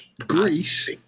Greece